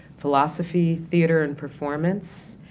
philosophy, theatre and performance,